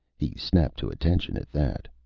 he snapped to attention at that.